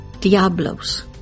Diablos